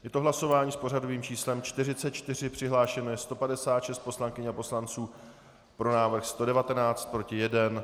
Je to hlasování s pořadovým číslem 44, přihlášeno je 156 poslankyň a poslanců, pro návrh 119, proti 1.